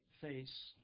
face